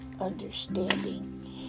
understanding